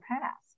past